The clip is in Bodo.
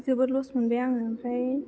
जोबोद लस मोनबाय आङो आमफ्राय